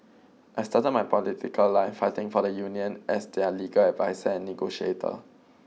I started my political life fighting for the union as their legal adviser and negotiator